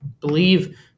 believe